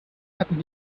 hatten